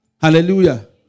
Hallelujah